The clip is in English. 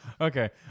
okay